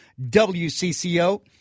WCCO